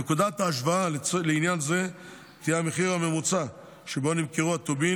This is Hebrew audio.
נקודת ההשוואה לעניין זה תהיה המחיר הממוצע שבו נמכרו הטובין